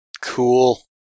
Cool